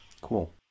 Cool